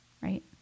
right